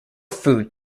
food